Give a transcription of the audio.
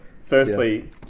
Firstly